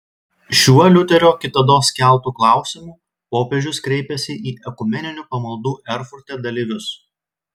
šiuo liuterio kitados keltu klausimu popiežius kreipėsi į ekumeninių pamaldų erfurte dalyvius